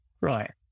right